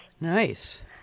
nice